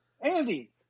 Andy